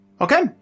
Okay